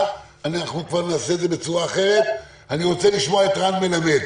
לשמוע את רן מלמד.